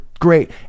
Great